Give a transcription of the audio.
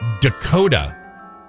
Dakota